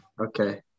Okay